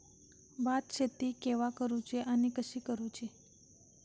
भात शेती केवा करूची आणि कशी करुची?